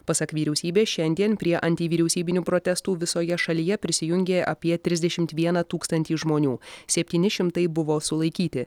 pasak vyriausybės šiandien prie antivyriausybinių protestų visoje šalyje prisijungė apie trisdešimt vieną tūkstantį žmonių septyni šimtai buvo sulaikyti